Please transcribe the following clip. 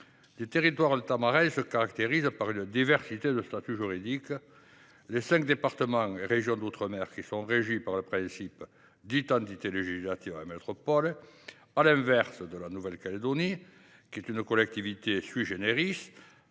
Les territoires ultramarins se caractérisent par une diversité de statuts juridiques : les cinq départements et régions d’outre mer sont régis par le principe d’identité législative avec la métropole, à l’inverse de la Nouvelle Calédonie, qui est une collectivité. Il